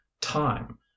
time